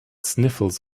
sniffles